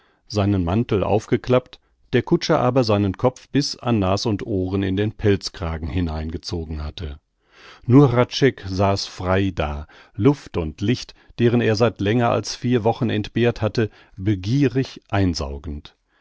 seinen mantel aufgeklappt der kutscher aber seinen kopf bis an nas und ohren in den pelzkragen hineingezogen hatte nur hradscheck saß frei da luft und licht deren er seit länger als vier wochen entbehrt hatte begierig einsaugend